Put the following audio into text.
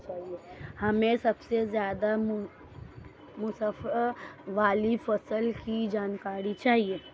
हमें सबसे ज़्यादा मुनाफे वाली फसल की जानकारी दीजिए